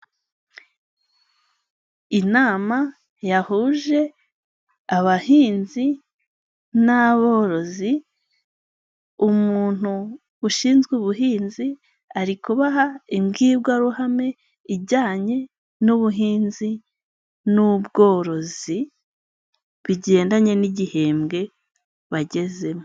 Inama yahuje abahinzi n'aborozi, umuntu ushinzwe ubuhinzi ari kubaha imbwirwaruhame ijyanye n'ubuhinzi n'ubworozi, bigendanye n'igihembwe bagezemo.